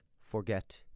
forget